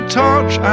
touch